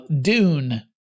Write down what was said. Dune